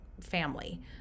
family